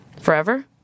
Forever